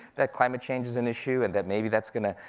that climate change is an issue, and that maybe that's gonna,